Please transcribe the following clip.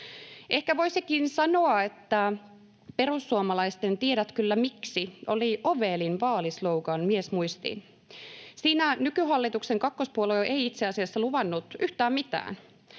Ehkä voisikin sanoa, että perussuomalaisten ”Tiedät kyllä miksi” oli ovelin vaalislogan miesmuistiin. Siinä nykyhallituksen kakkospuolue ei itse asiassa luvannut yhtään mitään.